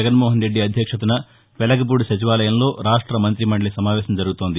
జగన్మోహన్రెడ్డి అధ్యక్షతన వెలగపూడి సచివాలయంలో రాష్ట మంతి మందలి సమావేశం జరుగుతోంది